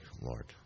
Lord